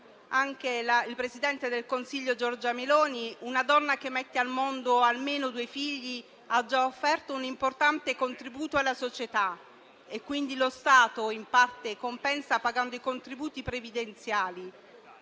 anche il presidente del Consiglio Giorgia Meloni, una donna che mette al mondo almeno due figli ha già offerto un importante contributo alla società e, quindi, lo Stato in parte compensa pagando i contributi previdenziali.